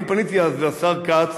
אני פניתי אז לשר כץ,